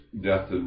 death